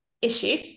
issue